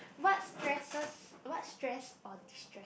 what stresses what stress or destress